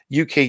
UK